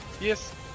yes